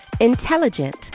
Intelligent